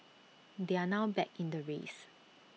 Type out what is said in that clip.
they are now back in the race